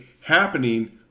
happening